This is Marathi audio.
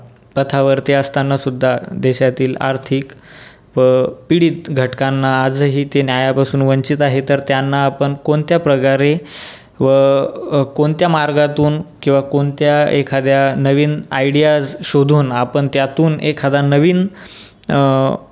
पथावरती असताना सुद्धा देशातील आर्थिक व पीडित घटकांना आजही ते न्यायापासून वंचित आहे तर त्यांना आपण कोणत्या प्रकारे व कोणत्या मार्गातून किंवा कोणत्या एखाद्या नवीन आयडीयाज शोधून आपण त्यातून एखादा नवीन